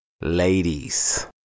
Ladies